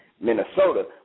Minnesota